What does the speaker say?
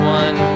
one